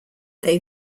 they